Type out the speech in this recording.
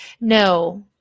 No